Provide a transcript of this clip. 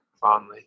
fondly